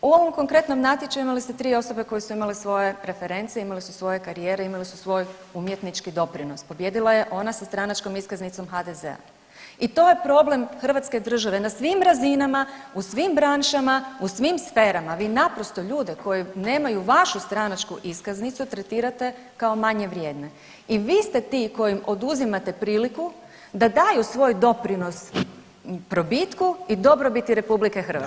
U ovom konkretnom natječaju imali ste tri osobe koje su imale svoje reference, imali su svoje karijere, imali su svoj umjetnički doprinos, pobijedila je ona sa stranačkom iskaznicom HDZ-a i to je problem hrvatske države na svim razinama, u svim branšama, u svim sferama, vi naprosto ljude koji nemaju vašu stranačku iskaznicu tretirate kao manje vrijedne i vi ste ti koji im oduzimate priliku da daju svoj doprinos probitku i dobrobiti RH.